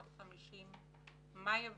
בת 50. מאיה וישניה,